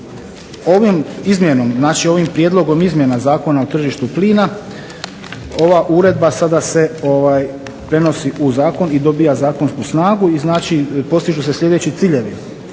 ovim prijedlogom izmjena Zakona o tržištu plina ova uredba sada se prenosi u zakon i dobija zakonsku snagu i znači postižu se sljedeći ciljevi.